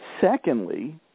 Secondly